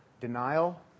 Denial